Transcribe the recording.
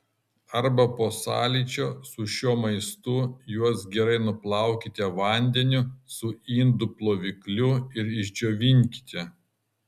arba po sąlyčio su šiuo maistu juos gerai nuplaukite vandeniu su indų plovikliu ir išdžiovinkite